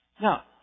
Now